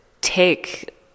take